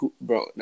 bro